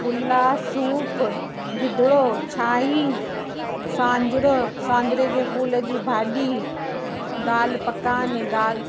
pulao soup गिदड़ो छाईं सवांजरो सवांजरे जे फ़ूल जी भाॼी दाल पकवान दाल